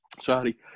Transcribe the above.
Sorry